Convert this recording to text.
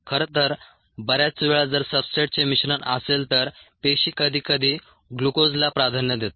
खरं तर बर्याच वेळा जर सबस्ट्रेट्सचे मिश्रण असेल तर पेशी कधीकधी ग्लुकोजला प्राधान्य देतात